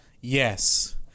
Yes